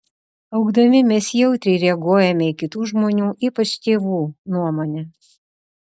augdami mes jautriai reaguojame į kitų žmonių ypač tėvų nuomonę